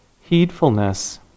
heedfulness